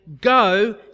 go